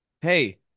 hey